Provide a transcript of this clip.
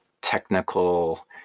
technical